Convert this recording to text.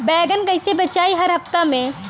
बैगन कईसे बेचाई हर हफ्ता में?